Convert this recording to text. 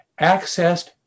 accessed